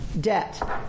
debt